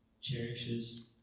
cherishes